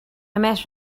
met